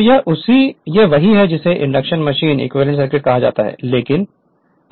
तो यह वही है जिसे इंडक्शन मशीन इक्विवेलेंट सर्किट कहा जाता है लेकिन